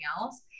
else